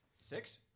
six